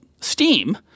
steam